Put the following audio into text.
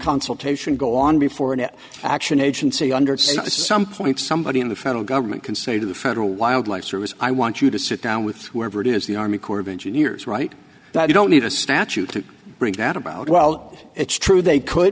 consultation go on before an action agency understand something somebody in the federal government can say to the federal wildlife service i want you to sit down with whoever it is the army corps of engineers right now you don't need a statute to bring that about well it's true they could